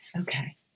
Okay